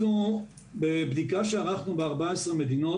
בבדיקה שערכנו ב-14 מדינות,